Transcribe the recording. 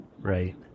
Right